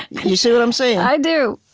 you see what i'm saying? i do.